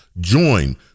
Join